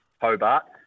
Hobart